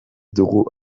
dugu